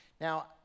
Now